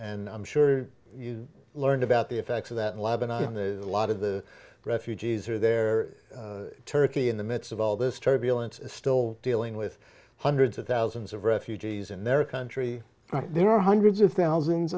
and i'm sure you learned about the effects of that lebanon lot of the refugees are there turkey in the midst of all this turbulence still dealing with hundreds of thousands of refugees in their country there are hundreds of thousands